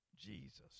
Jesus